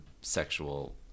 sexual